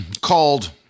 called